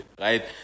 right